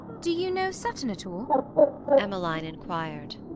do you know sutton at all emmeline inquired.